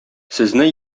сезне